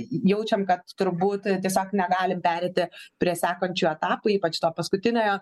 jaučiam kad turbūt tiesiog negalim pereiti prie sekančio etapo ypač to paskutiniojo